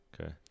Okay